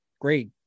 great